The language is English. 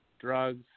drugs